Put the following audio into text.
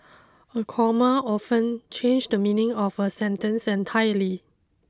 a comma often change the meaning of a sentence entirely